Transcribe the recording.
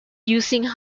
using